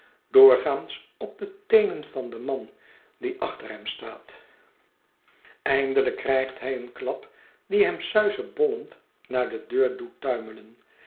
doorgaans op de teenen van den man die achter hem staat eindelijk krijgt hij een klap die hem suizebollend naar de deur doet tuimelen